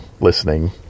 listening